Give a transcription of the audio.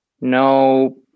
no